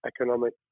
economic